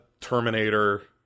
Terminator